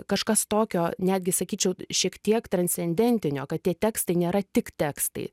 kažkas tokio netgi sakyčiau šiek tiek transcendentinio kad tie tekstai nėra tik tekstai